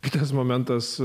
kitas momentas